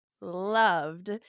loved